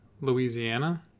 Louisiana